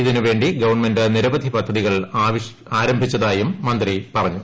ഇതിന് വേണ്ടി ഗവൺമെന്റ് നിരവധി പദ്ധതികൾ ആരംഭിച്ചതായും മന്ത്രി പറഞ്ഞു